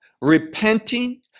repenting